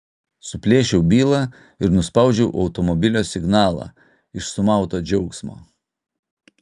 suplėšiau bylą ir nuspaudžiau automobilio signalą iš sumauto džiaugsmo